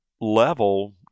level